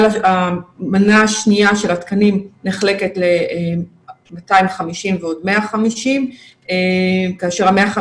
המנה השנייה של התקנים נחלקת ל-250 ועוד 150 כאשר ה-150